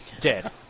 dead